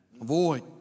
Avoid